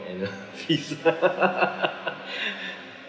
annual fees